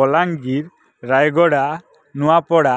Balangir Rayagada Nuapada